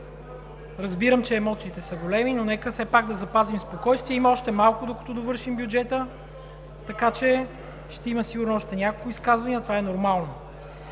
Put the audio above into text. Разбирам, че емоциите са големи, но нека все пак да запазим спокойствие, има още малко, докато довършим бюджета, така че ще има сигурно още няколко изказвания, това е нормално.